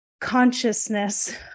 consciousness